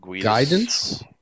Guidance